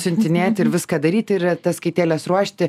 siuntinėti ir viską daryti ir ataskaitėles ruošti